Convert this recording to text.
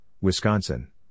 Wisconsin